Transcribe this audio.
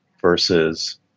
versus